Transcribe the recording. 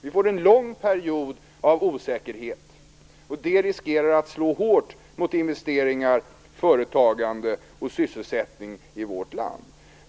Vi får en lång period av osäkerhet, och det riskerar att slå hårt mot investeringar, företagande och sysselsättning i vårt land.